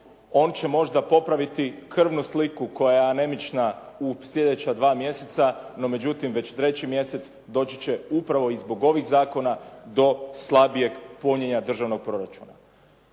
On će možda popraviti krvnu sliku koja je anemična u sljedeća 2 mjeseca, no međutim već 3. mjesec doći će upravo i zbog ovih zakona do slabijeg punjenja državnog proračuna.